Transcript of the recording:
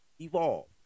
evolve